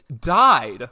died